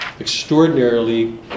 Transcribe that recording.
extraordinarily